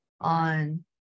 on